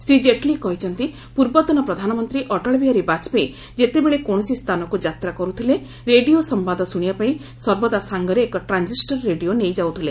ଶ୍ରୀ ଜେଟ୍ଲୀ କହିଛନ୍ତି ପୂର୍ବତନ ପ୍ରଧାନମନ୍ତ୍ରୀ ଅଟଳ ବିହାରୀ ବାଜପେୟୀ ଯେତେବେଳେ କୌଣସି ସ୍ଥାନକୁ ଯାତ୍ରା କରୁଥିଲେ ରେଡ଼ିଓ ସମ୍ବାଦ ଶୁଣିବା ପାଇଁ ସର୍ବଦା ସାଙ୍ଗରେ ଏକ ଟ୍ରାଞ୍ଜିଷ୍ଟର ରେଡ଼ିଓ ନେଇ ଯାଉଥିଲେ